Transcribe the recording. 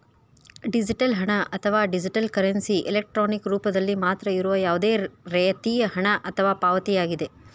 digital ಹಣ, ಅಥವಾ digital currency, electronic ರೂಪದಲ್ಲಿ ಮಾತ್ರ ಇರುವ ಯಾವುದೇ ರೇತಿಯ ಹಣ ಅಥವಾ ಪಾವತಿಯಾಗಿದೆ